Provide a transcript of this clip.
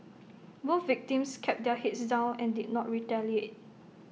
both victims kept their heads down and did not retaliate